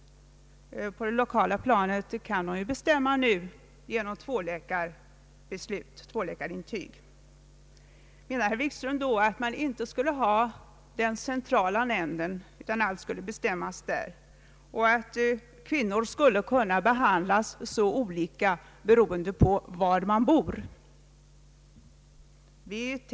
Det är numera möjligt att besluta om abort på det lokala planet genom så kallat tvåläkarintyg. Menade herr Wikström att den centrala nämnden inte skulle få fatta några beslut utan att det skulle ske på det lokala planet samt att kvinnors ansökningar om abort skulle behandlas olika beroende på var de bodde?